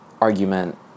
argument